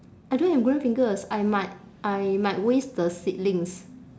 I don't have green fingers I might I might waste the seedlings